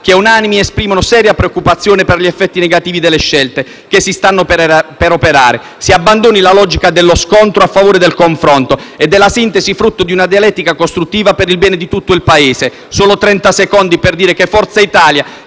che, unanimi, esprimono seria preoccupazione per gli effetti negativi delle scelte che si stanno per operare. Si abbandoni la logica dello scontro a favore del confronto e della sintesi, frutto di una dialettica costruttiva per il bene di tutto il Paese. Forza Italia